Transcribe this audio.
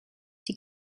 die